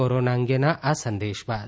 corona અંગેના આ સંદેશ બાદ